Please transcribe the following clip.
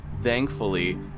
Thankfully